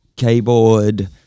Keyboard